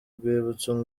rwibutso